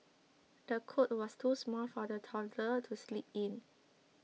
the cot was too small for the toddler to sleep in